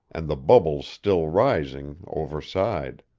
and the bubbles still rising, overside.